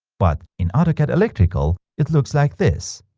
but, in autocad electrical it looks like this!